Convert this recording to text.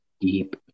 Deep